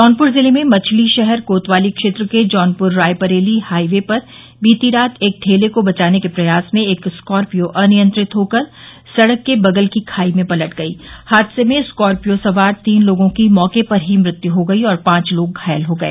जौनपुर जिले में मछली शहर कोतवाली क्षेत्र के जौनपुर रायबरेली हाइवे पर कल बीती रात एक ठेले को बचाने के प्रयास में एक स्कार्पियो अनियंत्रित होकर सड़क के बगल की खाई में पलट गई हादसे में स्कार्पियो सवार तीन लोगों की मौके पर ही मृत्यु हो गई और पाँच लोग घायल हो गए